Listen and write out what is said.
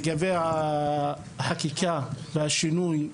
לגבי החקיקה הזאת והשינוי.